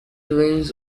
twins